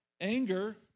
Anger